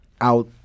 out